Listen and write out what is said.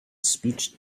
speech